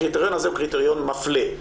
הקריטריון הזה הוא קריטריון מפלה.